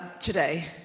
today